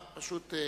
תנועה.